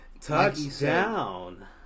Touchdown